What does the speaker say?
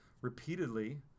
repeatedly